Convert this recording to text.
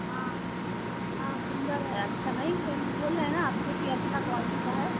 हाँ हाँ सुंदर है अच्छा नहीं है बोल रहे है ना आप से कि अच्छा क्वॉलिटी का है